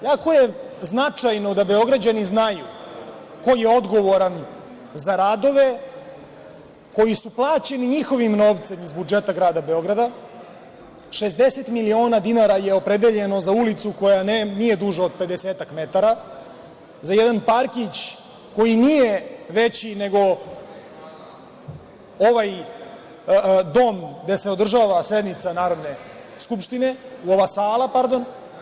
Jako je značajno da Beograđani znaju ko je odgovoran za radove koji su plaćeni njihovim novcem iz budžeta grada Beograda, 60 miliona dinara je opredeljeno za ulicu koja nije duža od pedesetak metara, za jedan parkić koji nije veći nego ovaj dom gde se održava sednica Narodne skupštine, ova sala, pardon.